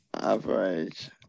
Average